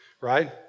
right